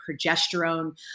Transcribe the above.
progesterone